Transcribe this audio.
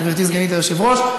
גברתי סגנית היושב-ראש.